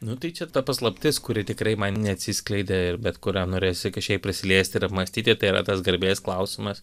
nu tai čia ta paslaptis kuri tikrai man neatsiskleidė bet kurią norėjosi kažkiek prisiliesti ir apmąstyti tai yra tas garbės klausimas